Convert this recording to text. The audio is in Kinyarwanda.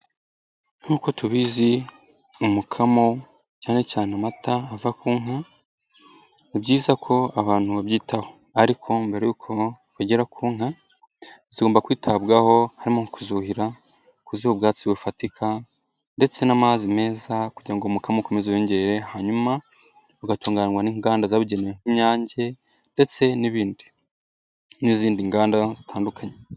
Nk'uko tubizi umukamo cyane cyane amata ava ku inka ni byiza ko abantu babyitaho ariko mbere y'uko bagera ku inka zigomba kwitabwaho harimo kuzuhira, kuziha ubwatsi bufatika ndetse n'amazi meza kugira ngo umukamo ukomeze wiyongere hanyuma ugatunganywa n'inganda zabugenewe nk'inyange ndetse n'ibindi n'izindi nganda zitandukanye.